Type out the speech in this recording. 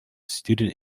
student